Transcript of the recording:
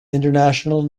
international